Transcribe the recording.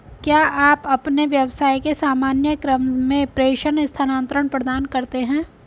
क्या आप अपने व्यवसाय के सामान्य क्रम में प्रेषण स्थानान्तरण प्रदान करते हैं?